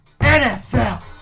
NFL